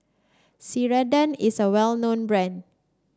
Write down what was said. Ceradan is a well known brand